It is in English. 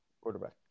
quarterback